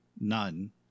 none